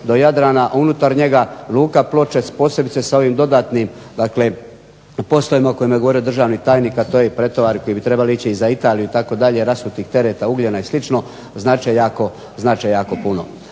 do Jadrana, a unutar njega Luka Ploče s posebice s ovim dodatnim postajama o kojima je govorio državni tajnik, a to je pretovari koji bi trebali ići za Italiju itd. rasutih tereta i sl. znače jako puno.